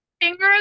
fingers